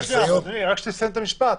ננסה לעשות ניסיון -- רק שתסיים את המשפט.